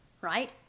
Right